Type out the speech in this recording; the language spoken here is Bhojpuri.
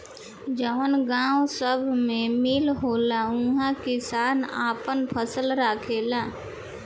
जवन गावं सभ मे मील होला उहा किसान आपन फसल राखेला